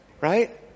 Right